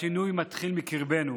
השינוי מתחיל מקרבנו.